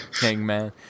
Hangman